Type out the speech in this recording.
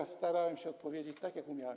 Starałem się odpowiedzieć tak, jak umiałem.